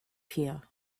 here